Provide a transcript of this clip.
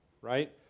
right